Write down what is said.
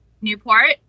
Newport